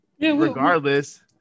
regardless